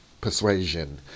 persuasion